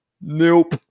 Nope